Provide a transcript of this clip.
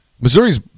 Missouri's